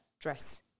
dress